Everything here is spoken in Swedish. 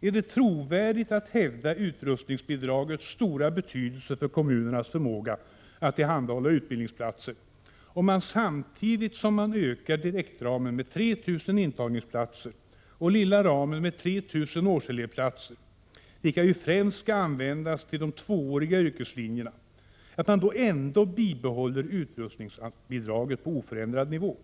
Är det trovärdigt att hävda utrustningsbidragets stora betydelse för kommunernas förmåga att tillhandahålla utbildningsplatser, om man samtidigt som direktramen ökas med 3 000 intagningsplatser och lilla ramen ökas med 3 000 årselevplatser — vilka ju främst skall användas till de tvååriga yrkeslinjerna — ändå bibehåller utrustningsbidraget på oförändrad nivå?